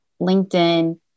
LinkedIn